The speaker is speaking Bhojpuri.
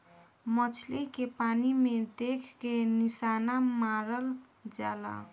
मछली के पानी में देख के निशाना मारल जाला